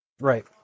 Right